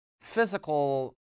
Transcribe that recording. physical